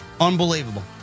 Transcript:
Unbelievable